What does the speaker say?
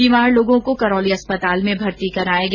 बीमार लोगों को करौली अस्पताल में भर्ती कराया गया